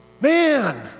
Man